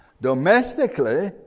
Domestically